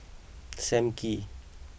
Sam Kee